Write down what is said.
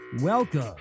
Welcome